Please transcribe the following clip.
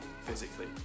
physically